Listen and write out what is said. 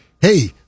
Hey